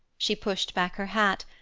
she pushed back her hat,